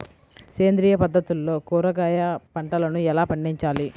సేంద్రియ పద్ధతుల్లో కూరగాయ పంటలను ఎలా పండించాలి?